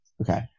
Okay